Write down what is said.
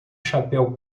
chapéu